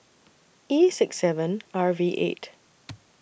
E six seven R V eight